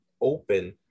open